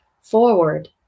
forward